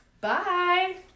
Bye